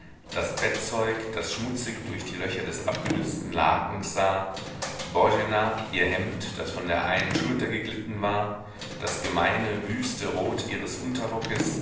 das bettzeug das schmutzig durch die löcher des abgenützten lakens sah boena ihr hemd das von der einen schulter geglitten war das gemeine wüste rot ihres unterrockes